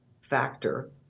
factor